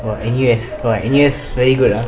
!wah! N U S !wah! N U S very good ah